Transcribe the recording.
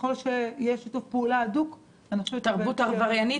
וככל שיהיה שיתוף פעולה הדוק --- תרבות עבריינית,